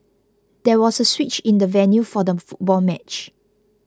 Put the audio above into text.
there was a switch in the venue for the football match